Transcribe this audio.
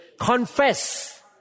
confess